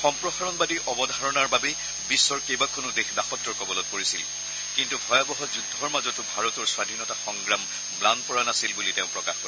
সম্প্ৰসাৰণবাদী অবধাৰণৰ বাবেই বিগ্বৰ কেইবাখনো দেশ দাসত্বৰ কবলত পৰিছিল কিন্তু ভয়াৱহ যুদ্ধৰ মাজতো ভাৰতৰ স্বাধীনতা সংগ্ৰাম ম্লান পৰা নাছিল বুলি তেওঁ প্ৰকাশ কৰে